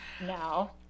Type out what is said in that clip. no